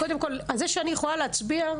זה שאני יכולה להצביע,